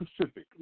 Pacific